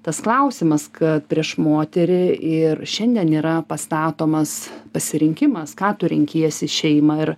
tas klausimas kad prieš moterį ir šiandien yra pastatomas pasirinkimas ką tu renkiesi šeimą ar